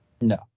No